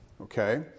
Okay